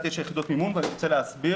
"מ-0.9 יחידת מימון", ואני רוצה להסביר.